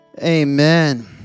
Amen